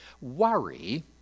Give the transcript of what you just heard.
Worry